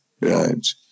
right